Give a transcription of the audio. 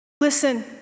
Listen